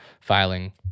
filing